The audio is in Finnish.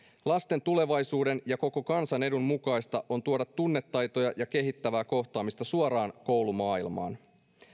lasten tulevaisuuden ja koko kansan edun mukaista on tuoda tunnetaitoja ja kehittävää kohtaamista suoraan koulumaailmaan